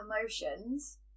emotions